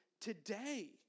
today